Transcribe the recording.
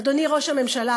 אדוני ראש הממשלה,